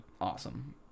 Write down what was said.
Awesome